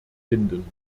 finden